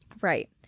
Right